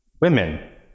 women